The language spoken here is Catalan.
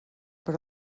per